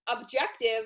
objective